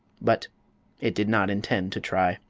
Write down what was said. but it did not intend to try.